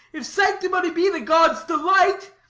if sanctimony be the god's delight,